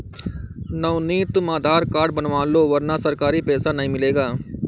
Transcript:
नवनीत तुम आधार कार्ड बनवा लो वरना सरकारी पैसा नहीं मिलेगा